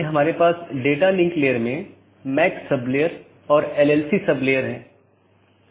हमारे पास EBGP बाहरी BGP है जो कि ASes के बीच संचार करने के लिए इस्तेमाल करते हैं औरबी दूसरा IBGP जो कि AS के अन्दर संवाद करने के लिए है